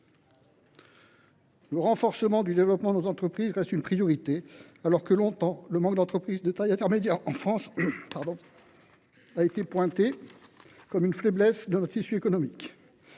Le renforcement du développement de nos entreprises reste une priorité, alors que longtemps le manque d’entreprises de taille intermédiaire (ETI) en France a été pointé comme une faiblesse de notre tissu économique.